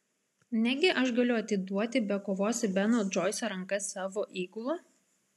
negi aš galiu atiduoti be kovos į beno džoiso rankas savo įgulą